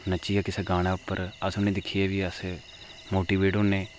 नच्चियै कुसै गाने पर अस उसी दिक्खियै बी मोटिवेट होने